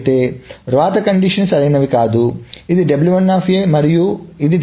అయితే వ్రాత కండిషన్స్ సరైనవి కాదు ఇది మరియు ఇది